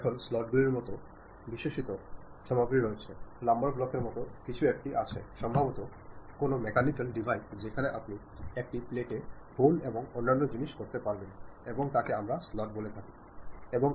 এখন স্লট গুলির মতো বিশেষায়িত সামগ্রী রয়েছে প্লাম্বার ব্লকের মতো কিছু একটি আছে সম্ভবত কোনও মেকানিকাল ডিভাইস যেখানে আপনি একটি প্লেটে গর্ত এবং অন্যান্য জিনিস করতে পারবেন এবং তাকে আমরা স্লট বলে থাকি